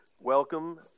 Welcome